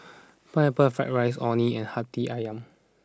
Pineapple Fried Rice Orh Nee and Hati Ayam